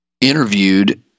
interviewed